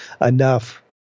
enough